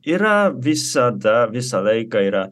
yra visada visą laiką yra